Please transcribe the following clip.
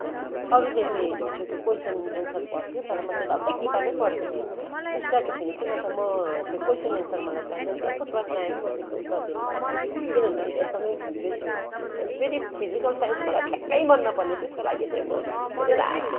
अरूले चाहिँ हिस्ट्रीको कोइसन एन्सर पढ्थ्यो तर म चाहिँ डल्लै किताबै पढ्थेँ त्यो स्टार्ट टू फिनिसिङ अन्त म त्यो कोइसन एन्सर मलाई चाहिँदैन जस्तो प्रश्न आए म त्यसको उत्तर दिनुसक्थेँ किनभने मेरो एकदमै बेस्ट उयो थियो भने पछि फेरि फिजिकल साइन्स मलाई ठ्याक्कै मन नपर्ने त्यसको लागि चाहिँ म धेरै रात